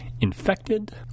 infected